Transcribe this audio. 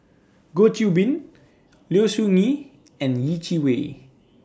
Goh Qiu Bin Low Siew Nghee and Yeh Chi Wei